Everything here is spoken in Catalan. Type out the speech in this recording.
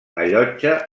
allotja